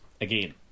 again